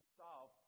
solve